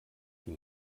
die